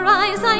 eyes